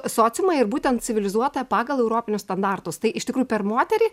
sociumai ir būtent civilizuotą pagal europinius standartus tai iš tikrųjų per moterį